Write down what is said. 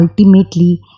ultimately